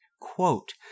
quote